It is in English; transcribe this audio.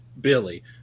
Billy